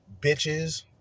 bitches